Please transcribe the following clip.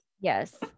yes